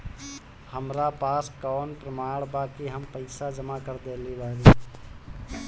हमरा पास कौन प्रमाण बा कि हम पईसा जमा कर देली बारी?